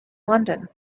london